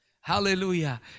Hallelujah